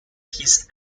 his